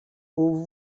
aux